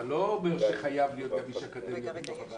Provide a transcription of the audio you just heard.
אתה לא אומר שחייב להיות גם איש אקדמיה בוועדה.